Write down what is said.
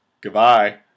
Goodbye